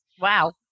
Wow